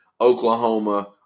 Oklahoma